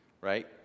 right